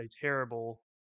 terrible